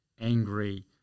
angry